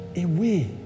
away